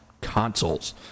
consoles